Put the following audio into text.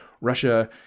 Russia